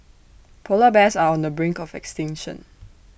Polar Bears are on the brink of extinction